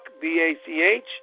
B-A-C-H